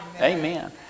Amen